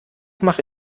mache